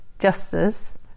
Justice